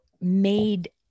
made